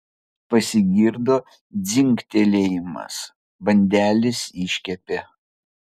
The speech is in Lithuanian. pasigirdo dzingtelėjimas bandelės iškepė